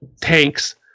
tanks